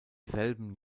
selben